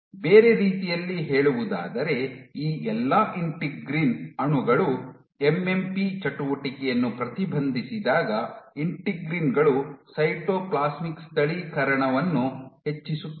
ಬೇರೆ ರೀತಿಯಲ್ಲಿ ಹೇಳುವುದಾದರೆ ಈ ಎಲ್ಲಾ ಇಂಟಿಗ್ರಿನ್ ಅಣುಗಳು ಎಂಎಂಪಿ ಚಟುವಟಿಕೆಯನ್ನು ಪ್ರತಿಬಂಧಿಸಿದಾಗ ಇಂಟಿಗ್ರೀನ್ ಗಳು ಸೈಟೋಪ್ಲಾಸ್ಮಿಕ್ ಸ್ಥಳೀಕರಣವನ್ನು ಹೆಚ್ಚಿಸುತ್ತವೆ